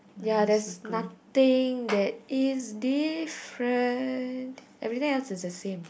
ya there's nothing that is different everything else is the same